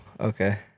Okay